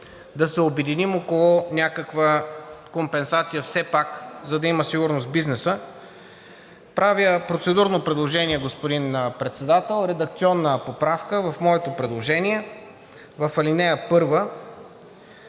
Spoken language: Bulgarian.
да се обединим около някаква компенсация все пак, за да има сигурност в бизнеса, правя процедурно предложение, господин Председател, редакционна поправка в моето предложение: в ал. 1